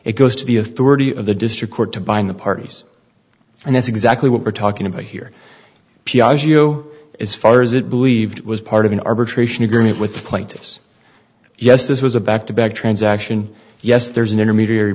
it goes to the authority of the district court to bind the parties and that's exactly what we're talking about here as far as it believed was part of an arbitration agreement with the plaintiffs yes this was a back to back transaction yes there's an intermediary